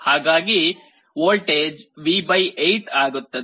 ಹಾಗಾಗಿ voltage V 8 ಆಗುತ್ತದೆ